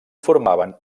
formaven